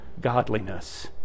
godliness